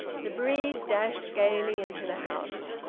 the breeze dashed gaily into the house.